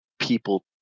people